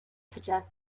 suggests